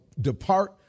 depart